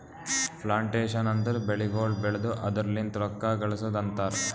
plantation ಅಂದುರ್ ಬೆಳಿಗೊಳ್ ಬೆಳ್ದು ಅದುರ್ ಲಿಂತ್ ರೊಕ್ಕ ಗಳಸದ್ ಅಂತರ್